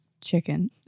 chicken